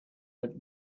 would